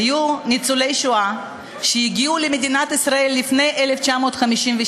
היו ניצולי שואה שהגיעו למדינת ישראל לפני 1953,